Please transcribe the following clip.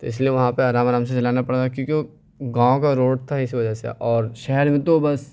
تو اس لیے وہاں پہ آرام آرام سے چلانا پڑتا ہے کیونکہ گاؤں کا روڈ تھا اس وجہ سے اور شہر میں تو بس